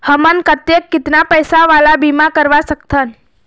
हमन कतेक कितना पैसा वाला बीमा करवा सकथन?